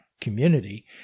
community